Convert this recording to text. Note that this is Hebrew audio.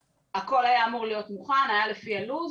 הכל היה אמור להיות מוכן, היה לפי הלו"ז